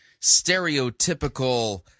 stereotypical